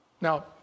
Now